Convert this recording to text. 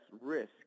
risk